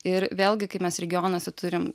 ir vėlgi kai mes regionuose turim